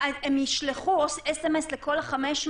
הם ישלחו אס.אם.אס לכל ה-500,